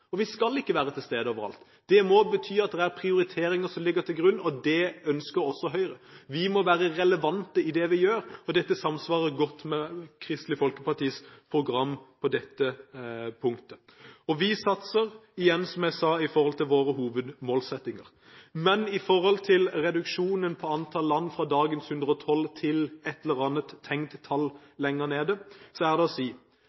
og de skal ikke være til stede overalt. Det må bety at det ligger prioriteringer til grunn, og det ønsker også Høyre. Vi må være relevante i det vi gjør, og dette samsvarer også godt med Kristelig Folkepartis program på dette punktet. Vi satser igjen, som jeg sa, i forhold til våre hovedmålsettinger, men med en reduksjon av antall land, fra dagens 112 til et eller annet tenkt lavere tall. Til det er å si: